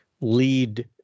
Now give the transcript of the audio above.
lead